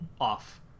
off